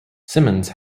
simmons